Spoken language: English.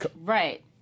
Right